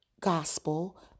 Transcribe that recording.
Gospel